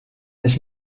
ich